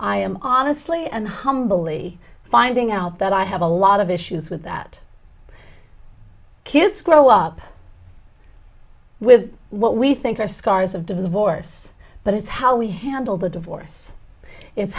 i am honestly and humbly finding out that i have a lot of issues with that kids grow up with what we think our scars of divorce but it's how we handle the divorce i